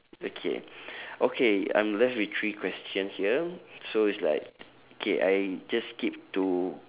okay okay I'm left with three question here so it's like okay I just skip to